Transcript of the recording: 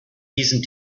diesen